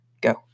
Go